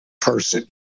person